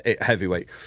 heavyweight